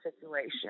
situation